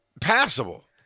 passable